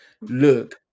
look